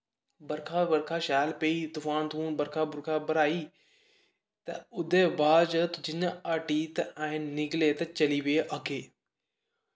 बरखा बरखा शैल पेई तफान तफून बरखा बुरखा बरहाई ते ओह्दे बाद जियां हटी दे असें निकली ते चली पे अग्गें